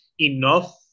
enough